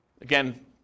Again